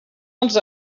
els